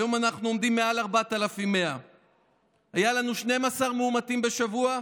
והיום אנחנו עומדים עם מעל 4,100. היו לנו 12 מאומתים בשבוע,